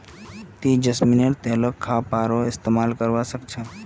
की जैस्मिनेर तेलक खाबारो इस्तमाल करवा सख छ